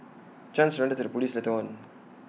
chan surrendered to the Police later on